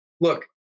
Look